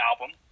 album